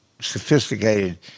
sophisticated